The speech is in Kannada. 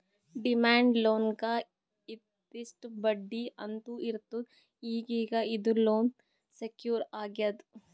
ಡಿಮ್ಯಾಂಡ್ ಲೋನ್ಗ್ ಇಂತಿಷ್ಟ್ ಬಡ್ಡಿ ಅಂತ್ನೂ ಇರ್ತದ್ ಈಗೀಗ ಇದು ಲೋನ್ ಸೆಕ್ಯೂರ್ ಆಗ್ಯಾದ್